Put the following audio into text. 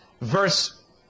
Verse